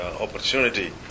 opportunity